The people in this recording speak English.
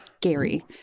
Gary